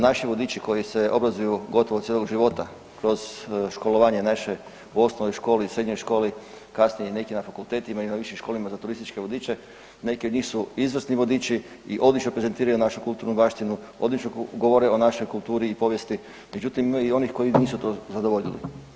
Naši vodiči koji se obrazuju gotovo cijelog života kroz školovanje naše u osnovnoj školi, srednjoj školi, kasnije i neki na fakultetima i višim školama za turističke vodiče neki od njih su izvrsni vodiči i odlično prezentiraju našu kulturnu baštinu, odlično govore o našoj kulturi i povijesti, međutim ima i onih koji nisu to zadovoljili.